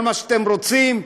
כל מה שאתם רוצים.